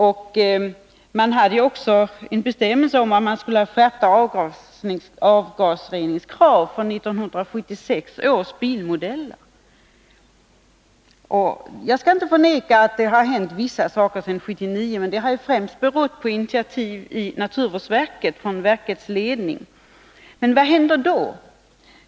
Man införde också en bestämmelse om skärpta avgasreningskrav från 1976 års bilmodeller. Jag skall inte förneka att det har hänt vissa saker sedan 1979, men det är främst naturvårdsverkets ledning som har tagit de initiativen. Men vad händer då?